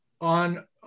on